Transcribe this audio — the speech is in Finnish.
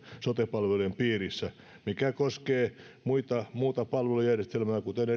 sote palveluiden piirissä mikä koskee muuta palvelujärjestelmää kuten